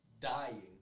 Dying